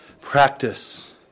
practice